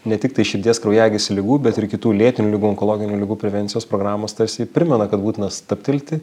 ne tiktai širdies kraujagyslių ligų bet ir kitų lėtinių ligų onkologinių ligų prevencijos programos tarsi primena kad būtina stabtelti